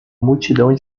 multidão